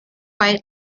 quite